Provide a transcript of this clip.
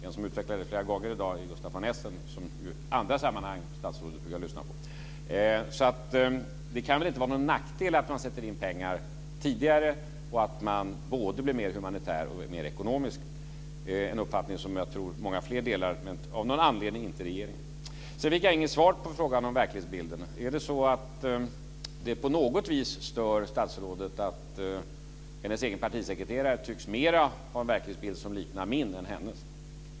En som utvecklat detta flera gånger i dag är Gustaf von Essen, som ju statsrådet brukar lyssna på i andra sammanhang. Det kan väl inte vara någon nackdel att man sätter in pengar tidigare och att man blir både mer humanitär och mer ekonomisk - en uppfattning som jag tror att många fler delar men av någon anledning inte regeringen. Sedan fick jag inget svar på frågan om verklighetsbilden. Är det så att det på något vis stör statsrådet att hennes egen partisekreterare tycks ha en verklighetsbild som mer liknar min än hennes?